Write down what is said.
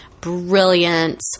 brilliant